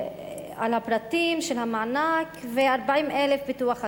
על הפרטים של המענק, ו-40,000 פיתוח הקרקע.